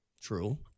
True